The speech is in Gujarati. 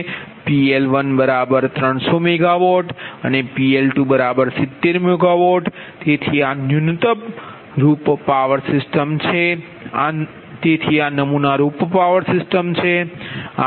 PL1 300 MW અનેPL2 70 MW તેથી આ નમૂના રુપ પાવર સિસ્ટમ છે